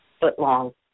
foot-long